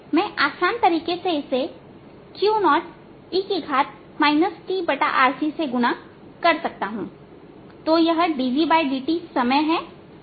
मैं आसान तरीके से इसे Q0e tRCसे गुणा कर सकता हूं तो यह dvdt समय है z दिशा के लिए है